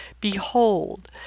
Behold